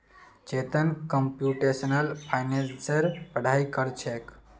Chetan computational फाइनेंसेर पढ़ाई कर छेक